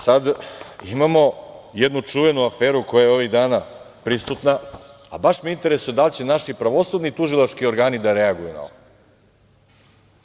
Sada imamo jednu čuvenu aferu koja je ovih dana prisutna, a baš me interesuje da li će naši pravosudni i tužilački organi da reaguju na ovo.